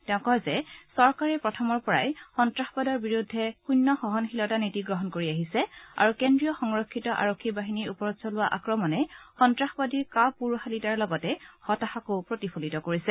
তেওঁ কয় যে চৰকাৰে প্ৰথমৰ পৰাই সন্তাসবাদৰ বিৰুদ্ধে শুন্য সহনশীলতাৰ নীতি গ্ৰহণ কৰি আহিছে আৰু কেন্দ্ৰীয় সংৰফিত আৰক্ষী বাহিনীৰ ওপৰত চলোৱা আক্ৰমণে সন্তাসবাদীৰ কাপুৰুযালিতাৰ লগতে হতাশাকো প্ৰতিফলিত কৰিছে